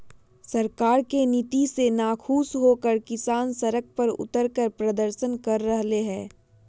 सरकार के नीति से नाखुश होकर किसान सड़क पर उतरकर प्रदर्शन कर रहले है